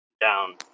down